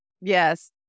Yes